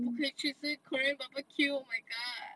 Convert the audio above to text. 不可以去吃 korean barbeque oh my god